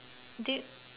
do